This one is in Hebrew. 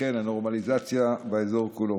וכן לנורמליזציה באזור כולו.